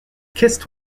kissed